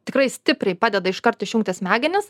tikrai stipriai padeda iškart išjungti smegenis